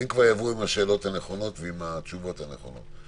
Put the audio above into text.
כדי להסדיר את כל התקש"חים ואת החוקים שמחליפים את התקש"חים וכו' וכו'.